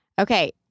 Okay